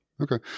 Okay